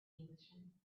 englishman